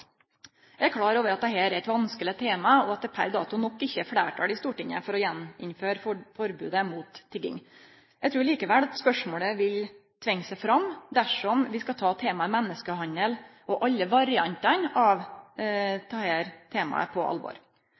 Eg er klar over at dette er eit vanskeleg tema, og at det per dato nok ikkje er fleirtal i Stortinget for å gjeninnføre forbodet mot tigging. Eg trur likevel at spørsmålet vil tvinge seg fram dersom vi skal ta temaet menneskehandel og alle variantane av dette temaet på alvor.